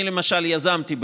אני למשל יזמתי,